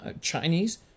Chinese